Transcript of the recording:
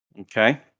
Okay